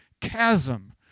chasm